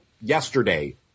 yesterday